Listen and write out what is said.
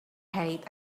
height